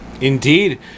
Indeed